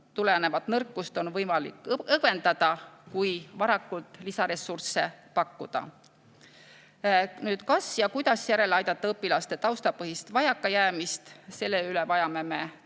tulenevat nõrkust on võimalik õgvendada, kui varakult lisaressursse pakkuda. Kuidas järele aidata õpilaste tausta põhist vajakajäämist? Selle üle vajame me siin